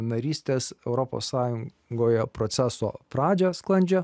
narystės europos sąjungoje proceso pradžią sklandžią